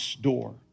door